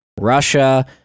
Russia